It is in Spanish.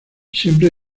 siempre